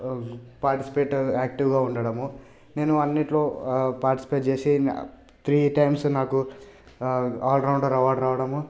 participate యాక్టివ్గా ఉండడము నేను అన్నిటిలో పార్టిసిపేట్ చేసి త్రీ టైమ్స్ నాకు ఆల్రౌండర్ అవార్డ్ రావడము